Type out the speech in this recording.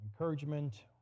encouragement